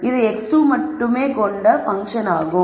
இது x2 மட்டுமே கொண்ட பன்ஃசன் ஆகும்